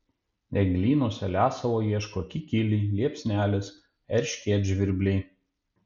eglynuose lesalo ieško kikiliai liepsnelės erškėtžvirbliai